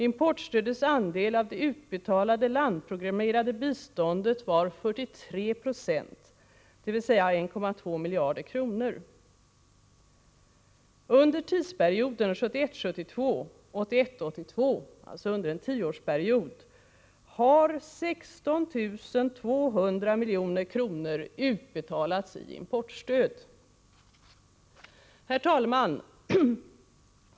Importstödets andel av det utbetalade landprogrammerade biståndet var under en tioårsperiod, har 16 200 milj.kr. utbetalats i importstöd. Herr talman!